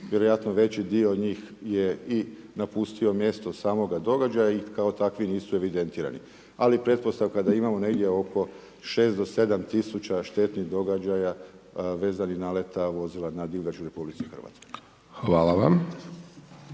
vjerojatno veći dio njih je i napustio mjesto samoga događaja i kao takvi nisu evidentirani ali pretpostavka da imamo negdje oko 6 do 7000 štetnih događaja vezanih naleta vozila nad divljači u RH. **Hajdaš